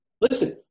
Listen